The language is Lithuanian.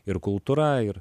ir kultūra ir